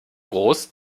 groß